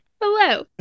Hello